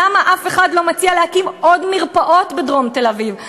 למה אף אחד לא מציע להקים עוד מרפאות בדרום תל-אביב?